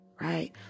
right